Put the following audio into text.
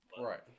Right